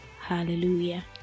Hallelujah